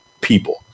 people